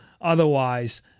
Otherwise